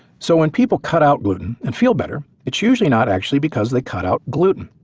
so when people cut out gluten and feel better, it's usually not actually because they cut out gluten,